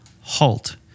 halt